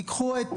תיקחו את